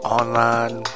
online